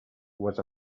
was